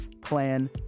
plan